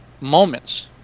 moments